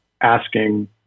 asking